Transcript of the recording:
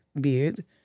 Beard